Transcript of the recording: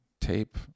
Tape